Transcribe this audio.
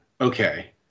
Okay